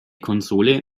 konsole